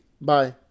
bye